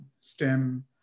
STEM